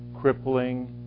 crippling